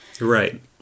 Right